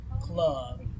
club